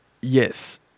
yes